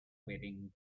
wedding